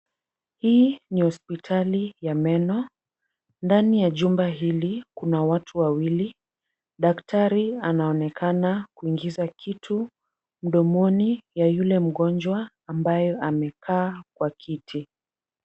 Hii ni hospitali ya meno. Ndani ya jumba hili kuna watu wawili, daktari anaonekana kuingiza kitu mdomoni ya yule mgonjwa ambaye amekaa kwa kiti.